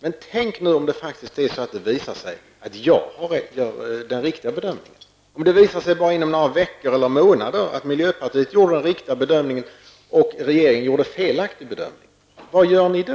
Tänk om det visar sig att det faktiskt är jag som gör den riktiga bedömningen. Om det visar sig inom bara några veckor eller månader att miljöpartiet gjorde den riktiga bedömningen och regeringen en felaktig bedömning, vad gör ni då?